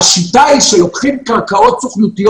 השיטה היא שלוקחים קרקעות סוכנותיות